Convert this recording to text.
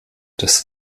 des